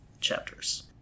chapters